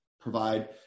provide